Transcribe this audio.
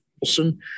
Wilson